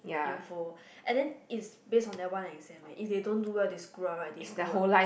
info and then it's based on that one exam eh if they don't do well they screw up right they screw up